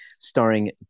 Starring